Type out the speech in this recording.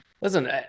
Listen